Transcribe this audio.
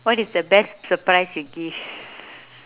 what is the best surprise you give